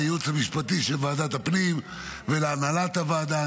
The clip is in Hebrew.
לייעוץ המשפטי של ועדת הפנים ולהנהלת הוועדה.